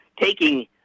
taking